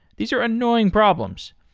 these are annoying problems.